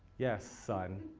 yes, son?